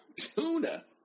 Tuna